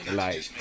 life